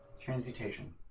Transmutation